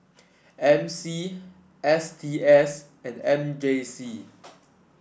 M C S T S and M J C